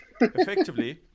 effectively